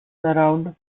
surround